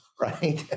right